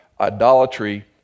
idolatry